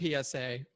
PSA